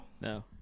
No